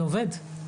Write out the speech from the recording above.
זה עובד.